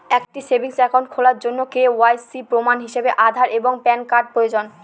একটি savings account খোলার জন্য কে.ওয়াই.সি প্রমাণ হিসাবে আধার এবং প্যান কার্ড প্রয়োজন